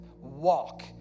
walk